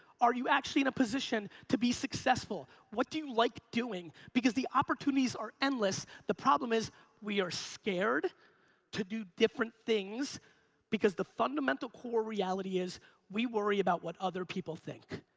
are you actually in a position to be successful? what do you like doing because the opportunities are endless. the problem is we are scared to do different things because the fundamental core reality is we worry about what other people think.